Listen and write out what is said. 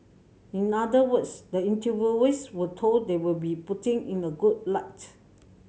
in other words the interviewees were told they will be putting in a good light